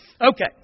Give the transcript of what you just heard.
Okay